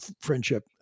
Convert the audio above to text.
friendship